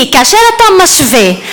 כי כאשר אתה משווה,